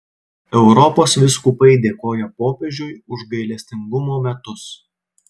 europos vyskupai dėkoja popiežiui už gailestingumo metus